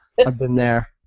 yeah, i've been there.